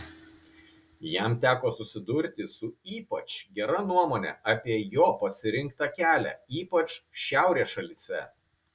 jam teko susidurti su ypač gera nuomone apie jo pasirinktą kelią ypač šiaurės šalyse